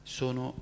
sono